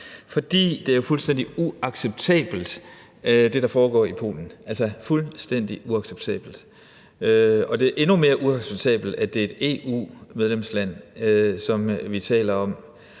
Polen, er fuldstændig uacceptabelt – altså fuldstændig uacceptabelt. Og det er endnu mere uacceptabelt, at det er et EU-medlemsland, vi taler om.